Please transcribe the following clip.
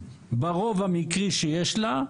ברוב המקרי שיש לה,